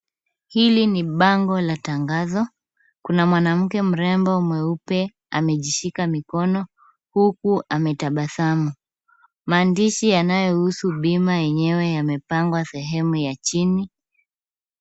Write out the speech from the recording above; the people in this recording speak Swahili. Hili ni bango la tangazo, kuna mwanamke mrembo mweupe amejishika mikono huku ametabasamu. Maandishi yanayohusu bima yenyewe yamepangwa sehemu ya chini.